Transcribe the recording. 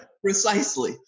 Precisely